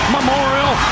Memorial